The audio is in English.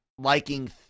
liking